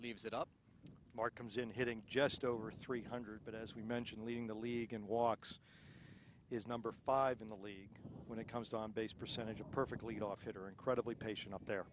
leaves it up mark comes in hitting just over three hundred but as we mentioned leading the league in walks is number five in the league when it comes to on base percentage a perfectly off hitter incredibly patient up the